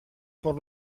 por